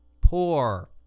poor